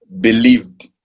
believed